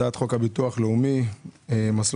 הצעת חוק הביטוח הלאומי (תיקון מס' 232) (מסלול